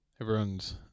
Everyone's